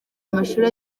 amashuri